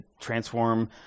transform